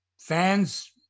fans